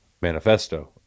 manifesto